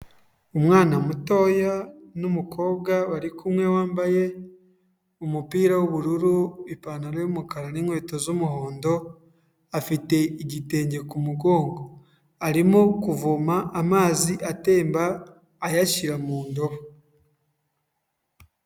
Umwana mutoya n'umukobwa bari kumwe wambaye umupira w'ubururu, ipantaro y'umukara n'inkweto z'umuhondo, afite igitenge ku mugongo, arimo kuvoma amazi atemba ayashyira mu ndobo.